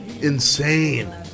Insane